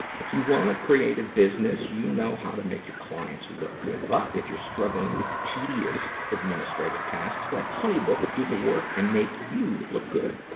if you run a creative business, you know how to make your clients look good. but, if you're struggling with tedious administrative tasks, let honeybook do the work and make you look good.